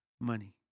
money